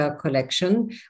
collection